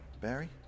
Barry